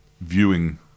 viewing